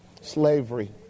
Slavery